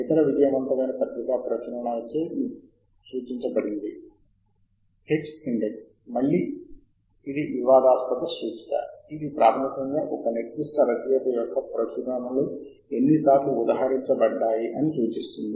కాబట్టి కీలక పదాల కోసం శోధించడం ద్వారా వచ్చే ఫలితాలను మీరు క్రమబద్ధీకరించగల మార్గాలు చాలా ఉన్నాయి మరియు ఈ రకమైన వర్గీకరణలను అన్వేషించడం చాలా ముఖ్యం తద్వారా ఈ రకాలలో మొదట కొన్నింటిని ఎంచుకోవచ్చు తద్వారా ఇది ఈ ప్రత్యేక పరిశోధనా ప్రాంతం యొక్క మొత్తం చిత్రాన్ని ఇస్తుంది